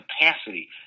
capacity